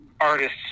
artists